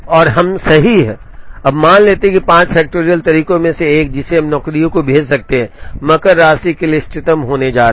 और हम सही हैं अब मान लें कि 5 फैक्टरियल तरीकों में से एक जिससे हम नौकरियों को भेज सकते हैं मकर राशि के लिए इष्टतम होने जा रहा है